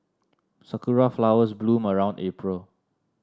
sakura flowers bloom around April